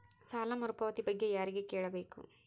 ಸಾಲ ಮರುಪಾವತಿ ಬಗ್ಗೆ ಯಾರಿಗೆ ಕೇಳಬೇಕು?